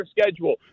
schedule